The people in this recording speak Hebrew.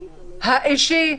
האישי,